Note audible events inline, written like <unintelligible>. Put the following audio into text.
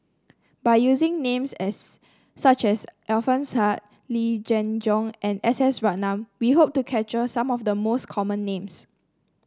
by using names as such as Alfian Sa'at Yee Jenn Jong and S S Ratnam we hope to capture some of the <unintelligible> common names